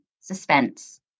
suspense